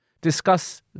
discuss